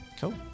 Cool